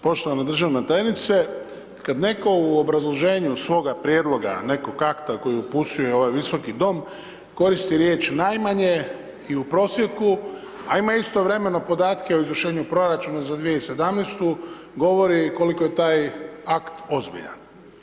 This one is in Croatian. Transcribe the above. Poštovana državna tajnice, kad netko u obrazloženju svoga prijedloga, nekog akta koji upućuje u ovaj Visoki dom, koristi riječ najmanje i u prosijeku, a ima istovremeno podatke o izvršenju proračuna za 2017., govori koliko je taj akt ozbiljan.